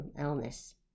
illness